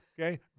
Okay